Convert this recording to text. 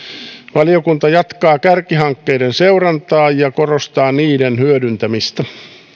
valiokunta jatkaa kärkihankkeiden seurantaa ja korostaa niiden hyödyntämistä